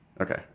okay